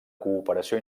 cooperació